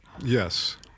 Yes